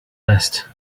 vest